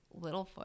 Littlefoot